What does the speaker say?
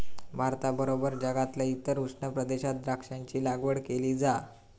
भारताबरोबर जगातल्या इतर उष्ण प्रदेशात द्राक्षांची लागवड केली जा